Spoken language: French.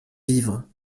vivres